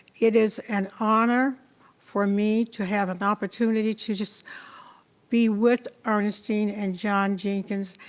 it is an honor for me to have an opportunity to just be with ernestine and john jenkins,